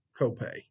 copay